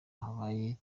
habaye